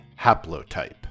haplotype